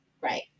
right